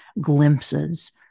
glimpses